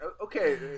okay